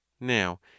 now